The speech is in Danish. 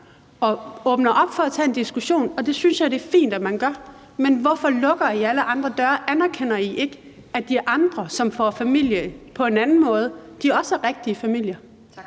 og åbner op for at tage en diskussion dér – og det synes jeg er fint at man gør – men lukker alle andre døre. Anerkender I ikke, at de andre, som stifter familie på en anden måde, også er rigtige familier? Kl.